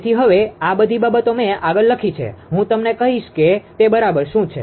તેથી હવે આ બધી બાબતો મેં આગળ લખી છે હું તમને કહીશ કે તે બરાબર શું છે